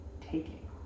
taking